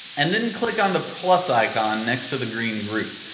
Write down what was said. and then click on the plus icon next to the green groups.